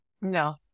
No